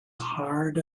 hard